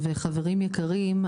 חברים יקרים,